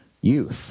youth